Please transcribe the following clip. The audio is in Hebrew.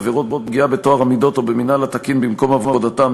עבירות פגיעה בטוהר המידות או במינהל התקין במקום עבודתם),